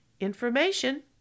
Information